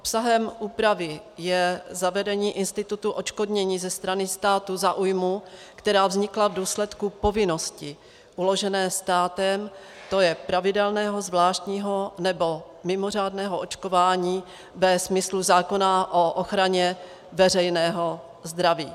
Obsahem úpravy je zavedení institutu odškodnění ze strany státu za újmu, která vznikla v důsledku povinnosti uložené státem, to je pravidelného, zvláštního nebo mimořádného očkování ve smyslu zákona o ochraně veřejného zdraví.